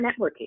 networking